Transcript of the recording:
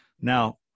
Now